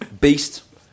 Beast